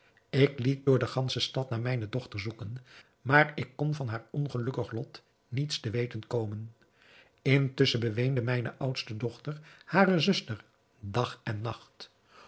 ik liet door de gansche stad naar mijne dochter zoeken maar ik kon van haar ongelukkig lot niets te weten komen intusschen beweende mijne oudste dochter hare zuster dag en nacht